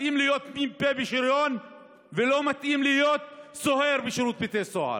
מתאים להיות מ"פ בשריון ולא מתאים להיות סוהר בשירות בתי הסוהר.